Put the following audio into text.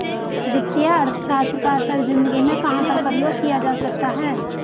वित्तीय अर्थशास्त्र का असल ज़िंदगी में कहाँ पर प्रयोग किया जा सकता है?